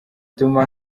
ituma